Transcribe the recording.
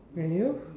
and you